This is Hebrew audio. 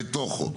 בתוכו.